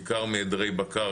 בעיקר מעדרי בקר.